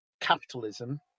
capitalism